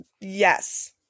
yes